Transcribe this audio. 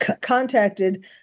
contacted